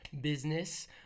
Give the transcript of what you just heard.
business